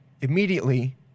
immediately